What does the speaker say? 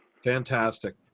Fantastic